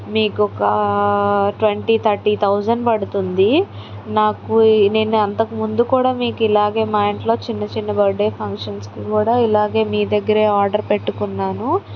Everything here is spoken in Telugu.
మీకు ఒక ట్వంటీ థర్టీ థౌజండ్ పడుతుంది నాకు నేను అంతకుముందు కూడా మీకు ఇల్లాగే మా ఇంట్లో చిన్న చిన్న బర్త్డే ఫంక్షన్కి కూడా ఇలాగే మీ దగ్గరే ఆర్డర్ పెట్టుకున్నాను